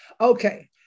Okay